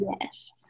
Yes